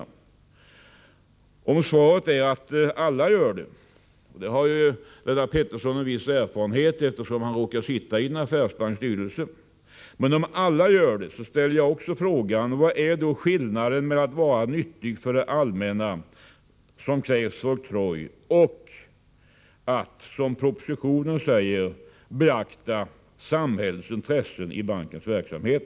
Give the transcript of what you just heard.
Om svaret är att alla gör det — det har Lennart Pettersson viss erfarenhet av, eftersom han råkar sitta i en affärsbankstyrelse — ställer jag också frågan: Vad är skillnaden mellan att vara nyttig för det allmänna, som krävs vid oktroj, och att, som det skrivs i propositionen, beakta ”samhällets intressen” i bankens verksamhet?